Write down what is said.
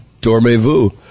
Dormez-vous